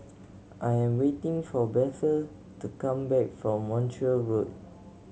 I am waiting for Bethel to come back from Montreal Road